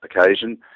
occasion